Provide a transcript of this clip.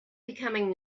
becoming